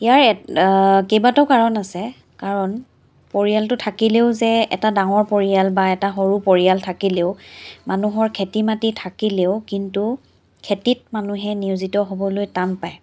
ইয়াৰ কেইবাটাও কাৰণ আছে কাৰণ পৰিয়ালটো থাকিলেও যে এটা ডাঙৰ পৰিয়াল বা এটা সৰু পৰিয়াল থাকিলেও মানুহৰ খেতি মাটি থাকিলেও কিন্তু খেতিত মানুহে নিয়োজিত হ'বলৈ টান পায়